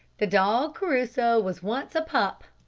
the dog crusoe was once a pup.